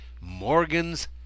Morgan's